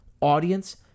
audience